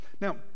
Now